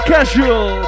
Casual